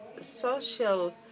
social